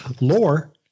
Lore